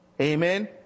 Amen